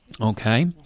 Okay